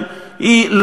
היות שכך,